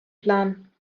plan